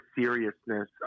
seriousness